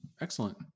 Excellent